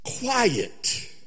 quiet